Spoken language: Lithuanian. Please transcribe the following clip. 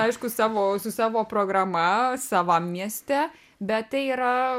aišku savo su savo programa savam mieste bet tai yra